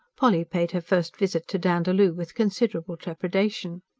polly paid her first visit to dandaloo with considerable trepidation.